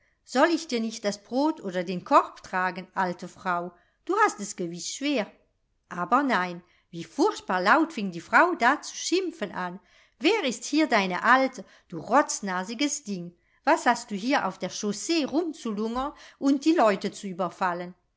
soll ich dir nicht das brot oder den korb tragen alte frau du hast es gewiß schwer aber nein wie furchtbar laut fing die frau da zu schimpfen an wer ist hier deine alte du rotznasiges ding was hast du hier auf der chaussee rumzulungern und die leute zu überfallen